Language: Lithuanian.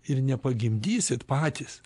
ir nepagimdysit patys